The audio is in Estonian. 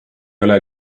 ole